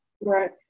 Right